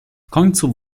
końcu